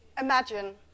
imagine